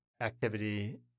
activity